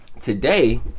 today